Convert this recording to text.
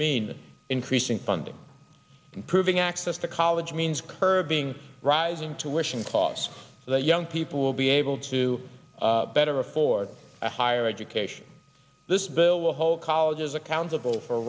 mean increasing funding improving access to college means curbing rising tuition costs so that young people will be able to better afford a higher education this bill will hold colleges accountable for